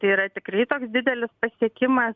tai yra tikrai toks didelis pasiekimas